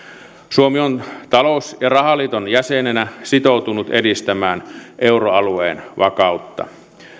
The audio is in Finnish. suomi on talous ja rahaliiton jäsenenä sitoutunut edistämään euroalueen vakautta